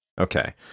Okay